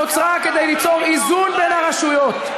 נוצרה כדי ליצור איזון בין הרשויות,